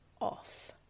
off